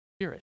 spirit